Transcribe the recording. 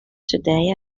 today